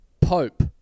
Pope